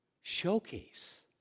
showcase